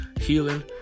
healing